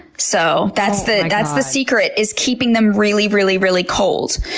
so, that's the that's the secret, is keeping them really, really, really cold.